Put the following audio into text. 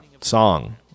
song